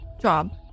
job